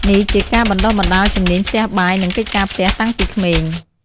នេះជាការបណ្ដុះបណ្ដាលជំនាញផ្ទះបាយ និងកិច្ចការផ្ទះតាំងពីក្មេង។